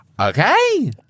Okay